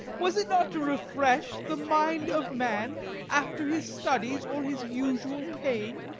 was it not to refresh the mind of man after his studies or his usual pain?